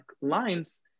lines